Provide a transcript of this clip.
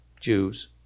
Jews